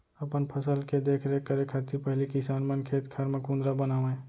अपन फसल के देख रेख करे खातिर पहिली किसान मन खेत खार म कुंदरा बनावय